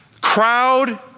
Crowd